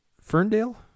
Ferndale